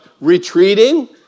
retreating